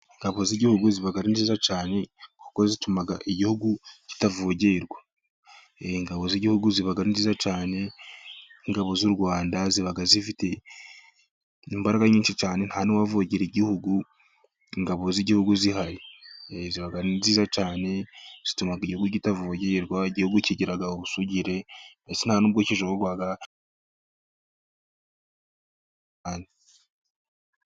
Ingabo z'igihugu ziba ari nziza cyane, kuko zituma igihugu kitavogerwa, ingabo z'igihugu ziba nziza cyane, ingabo z'u rwanda ziba zifite imbaraga nyinshi cyane, nta n'uwavogera igihugu ingabo z'igihugu zihari, ziba ari nziza cyane zituma igihugu gitavogerwa, igihugu kigira ubusugire.